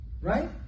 right